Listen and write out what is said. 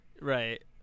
right